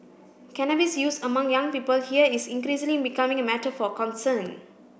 cannabis use among young people here is increasingly becoming a matter for concern